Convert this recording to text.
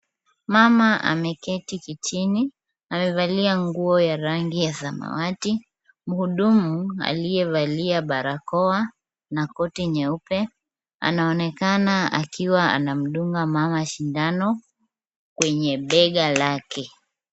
Mama ameketi kitini. Amevalia nguo ya rangi ya samawati. Mhudumu aliyevalia barakoa na koti nyeupe, anaonekana akiwa anamdunga mama sindano kwenye bega lake.